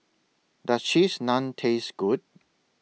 Does Cheese Naan Taste Good